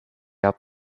out